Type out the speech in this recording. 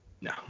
No